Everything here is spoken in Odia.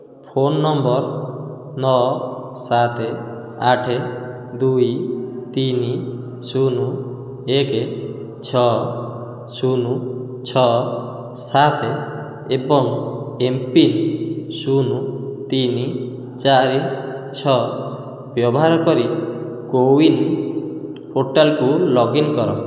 ଫୋନ୍ ନମ୍ବର୍ ନଅ ସାତ ଆଠ ଦୁଇ ତିନି ଶୂନ ଏକ ଛଅ ଶୂନ ଛଅ ସାତ ଏବଂ ଏମ୍ ପିନ୍ ଶୂନ ତିନି ଚାରି ଛଅ ବ୍ୟବହାର କରି କୋୱିନ୍ ପୋର୍ଟାଲକୁ ଲଗ୍ଇନ୍ କର